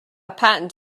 patent